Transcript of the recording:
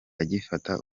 agifata